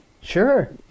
Sure